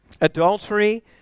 adultery